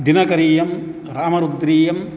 दिनकरीयं रामरुद्रीयं